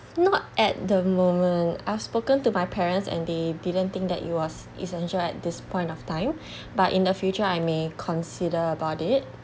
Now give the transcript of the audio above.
not at the moment I've spoken to my parents and they didn't think that it was essential at this point of time but in the future I may consider about it